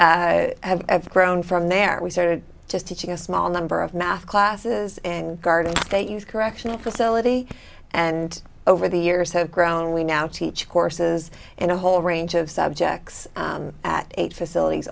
we have grown from there we started just teaching a small number of math classes and garden they use correctional facility and over the years have grown we now teach courses in a whole range of subjects at eight facilities